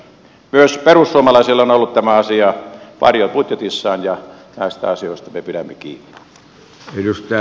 myös perussuomalaisilla on ollut tämä asia varjobudjetissaan ja näistä asioista me pidämme kiinni